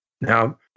Now